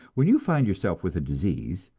when you find yourself with a disease,